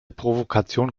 provokation